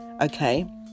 okay